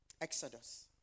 Exodus